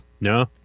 No